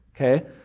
Okay